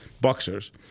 boxers